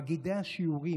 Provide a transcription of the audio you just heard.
מגידי השיעורים,